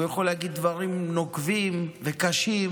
הוא יכול להגיד דברים נוקבים וקשים,